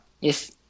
Yes